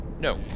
No